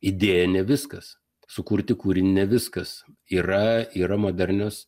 idėja ne viskas sukurti kūrinį ne viskas yra yra modernios